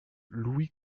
louis